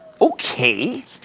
okay